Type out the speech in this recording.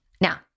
Now